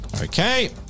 Okay